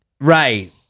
Right